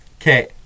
Okay